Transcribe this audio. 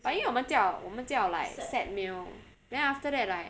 but 因为我们叫我们叫 like set meal then after that like